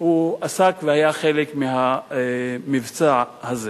עסק בזה והיה חלק מהמבצע הזה.